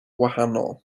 wahanol